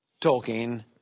Tolkien